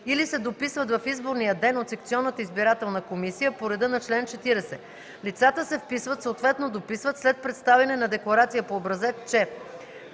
или се дописват в изборния ден от секционната избирателна комисия по реда на чл. 40. Лицата се вписват, съответно дописват, след представяне на декларация по образец,